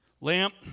lamp